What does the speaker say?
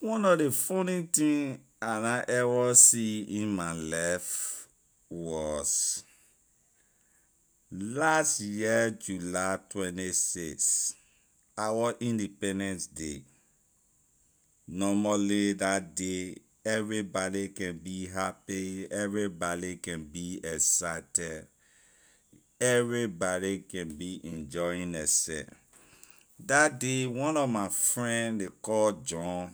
One nor ley funny thing I na ever see in my life was last year july twenty six our independence day normally la day everybody can be happy everybody can be excited everybody can be enjoying la seh dah day one of my friend ley call john